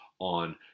on